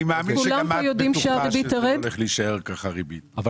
אני מאמין שגם את בטוחה שהריבית לא הולכת להישאר כך.